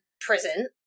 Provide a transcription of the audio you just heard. prison